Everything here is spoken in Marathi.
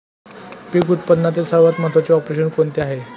पीक उत्पादनातील सर्वात महत्त्वाचे ऑपरेशन कोणते आहे?